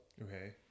Okay